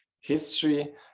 history